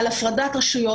על הפרדת רשויות,